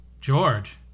George